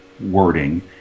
wording